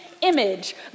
image